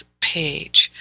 page